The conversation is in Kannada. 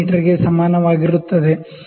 ಗೆ ಸಮಾನವಾಗಿರುತ್ತದೆ